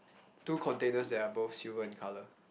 two containers that are both silver in colour